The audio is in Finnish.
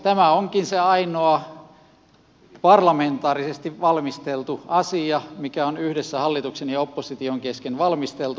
tämä onkin se ainoa parlamentaarisesti valmisteltu asia mikä on yhdessä hallituksen ja opposition kesken valmisteltu